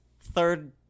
third